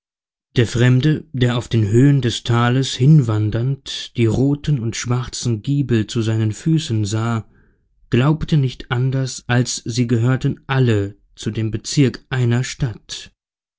der fremde der auf den höhen des tales hinwandernd die roten und schwarzen giebel zu seinen füßen sah glaubte nicht anders als sie gehörten alle zu dem bezirke einer stadt